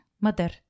Mother